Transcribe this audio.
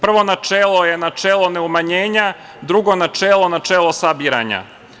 Prvo načelo je načelo neumanjenja, drugo načelo načelo sabiranja.